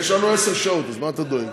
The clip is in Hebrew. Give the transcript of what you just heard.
יש לנו עשר שעות, מה אתה דואג?